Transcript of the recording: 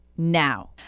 Now